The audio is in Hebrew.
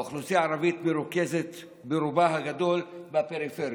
האוכלוסייה הערבית מרוכזת ברובה הגדול בפריפריות.